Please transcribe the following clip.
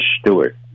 Stewart